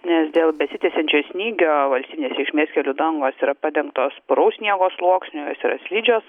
nes dėl besitęsiančio snygio valstybinės reikšmės kelių dangos yra padengtos puraus sniego sluoksniu jos yra slidžios